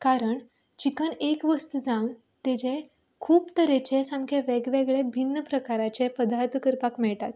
कारण चिकन एक वस्त जावन तेचे खूब तरेचे सामकें वेगवेगळें भिन्न प्रकारांचें पदार्थ करपाक मेळटात